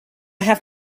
have